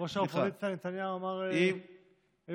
ראש האופוזיציה נתניהו אמר שלושה.